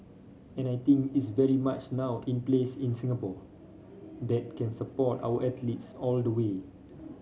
and I think it's very much now in place in Singapore that can support our athletes all the way